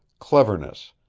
cleverness,